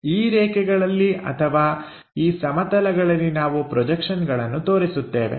ಈ ರೇಖೆಗಳಲ್ಲಿ ಅಥವಾ ಈ ಸಮತಲಗಳಲ್ಲಿ ನಾವು ಪ್ರೊಜೆಕ್ಷನ್ಗಳನ್ನು ತೋರಿಸುತ್ತೇವೆ